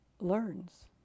learns